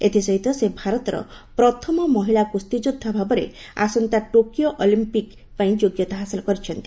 ଏଥିସହିତ ସେ ଭାରତର ପ୍ରଥମ ମହିଳା କୁସ୍ତିଯୋଦ୍ଧା ଭାବରେ ଆସନ୍ତା ଟୋକିଓ ଅଲିମ୍ପିକ୍ ପାଇଁ ଯୋଗ୍ୟତା ହାସଲ କରିଛନ୍ତି